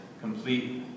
complete